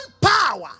power